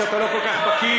שאתה לא כל כך בקי,